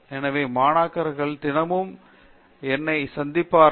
எனவே மாணாக்கர்கள் தினமும் என்னை சந்திப்பார்கள்